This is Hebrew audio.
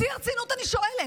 בשיא הרצינות אני שואלת: